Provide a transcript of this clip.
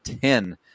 ten